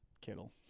Kittle